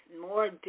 more